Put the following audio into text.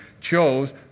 chose